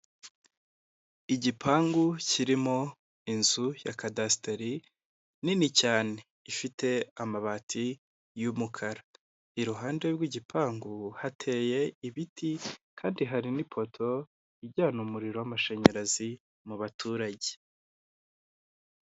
Igipangu kirimo inzu ya cadasteri nini cyane ifite amabati y'umukara iruhande rw'igipangu hateye ibiti kandi hari nipoto ijyana umuriro w'amashanyarazi mubaturage.